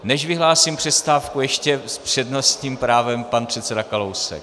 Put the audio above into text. Než vyhlásím přestávku, ještě s přednostním právem pan předseda Kalousek.